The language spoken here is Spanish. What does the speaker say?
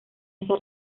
esa